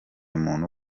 muntu